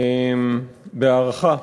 בהערכה